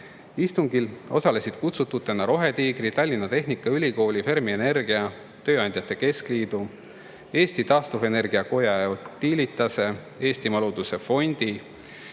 Istungil osalesid kutsututena Rohetiigri, Tallinna Tehnikaülikooli, Fermi Energia, [Eesti] Tööandjate Keskliidu, Eesti Taastuvenergia Koja ja Utilitase, Eestimaa Looduse Fondi,